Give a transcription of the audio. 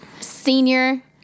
senior